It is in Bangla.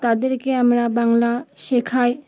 তাদেরকে আমরা বাংলা শেখাই